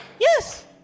Yes